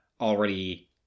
already